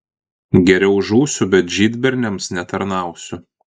geriau žūsiu bet žydberniams netarnausiu